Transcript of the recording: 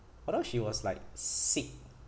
although she was like sick